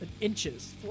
inches